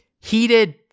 heated